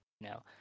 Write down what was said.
No